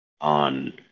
on